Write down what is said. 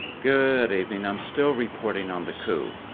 good evening. i'm still reporting on the coup.